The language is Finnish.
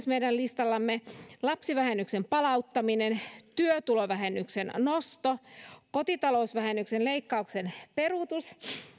meidän listallamme lapsivähennyksen palauttaminen työtulovähennyksen nosto kotitalousvähennyksen leikkauksen peruutus